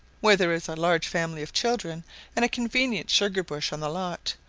where there is a large family of children and a convenient sugar-bush on the lot,